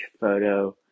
photo